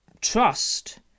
Trust